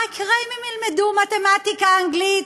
מה יקרה אם הם ילמדו מתמטיקה, אנגלית,